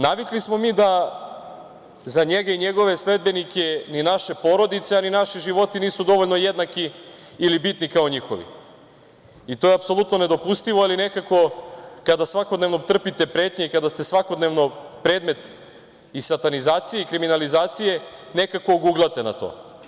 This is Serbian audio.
Navikli smo mi smo mi da za njega i njegove sledbenike naše porodice i naše životi nisu dovoljno jednaki ili bitni kao njihovi, i to je apsolutno nedopustivo, ali nekako kada svakodnevno trpite pretnje i kada ste svakodnevno predmet i satanizacije i kriminalizacije nekako oguglate na to.